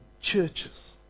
churches